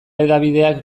hedabideak